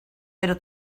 pero